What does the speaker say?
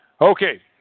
okay